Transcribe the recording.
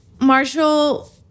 Marshall